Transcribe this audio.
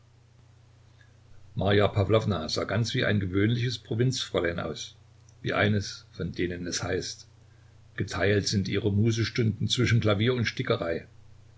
sah ganz wie ein gewöhnliches provinzfräulein aus wie eines von denen es heißt geteilt sind ihre mußestunden zwischen klavier und stickerei